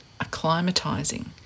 acclimatizing